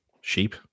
sheep